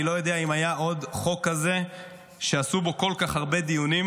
אני לא יודע אם היה עוד חוק כזה שעשו בו כל כך הרבה דיונים,